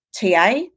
TA